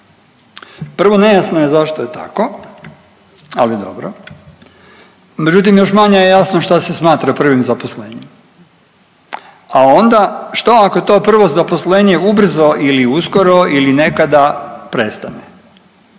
Prvo nejasno je zašto je tako, ali dobro, međutim još manje je jasno šta se smatra prvim zaposlenjem, a onda što ako to prvo zaposlenje ubrzo ili uskoro ili nekada prestane.